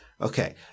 Okay